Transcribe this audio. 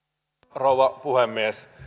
rouva puhemies